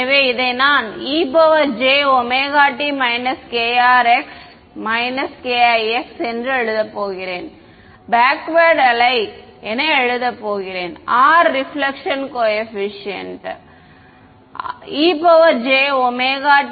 எனவே இதை நான் e j ωt krx kix என்று எழுதப் போகிறேன் பேக்வேர்ட் அலை எழுதப் போகிறேன் R reflection coefficient e j ωt krx kix